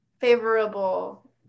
favorable